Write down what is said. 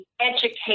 educate